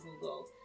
google